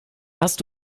hast